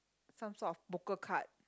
some sort of poker card